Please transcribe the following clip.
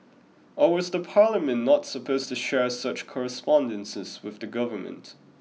or was the Parliament not supposed to share such correspondences with the government